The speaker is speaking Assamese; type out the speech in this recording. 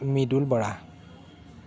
মৃদুল বৰা